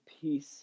peace